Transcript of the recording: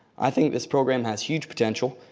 i think this program has huge potential.